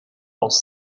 aus